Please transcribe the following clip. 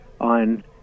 on